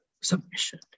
submission